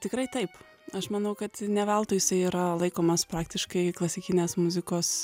tikrai taip aš manau kad ne veltui jisai yra laikomas praktiškai klasikinės muzikos